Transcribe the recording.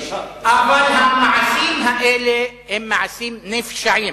אבל המעשים האלה הם מעשים נפשעים.